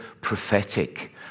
prophetic